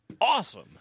awesome